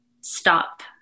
stop